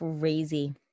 crazy